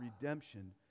redemption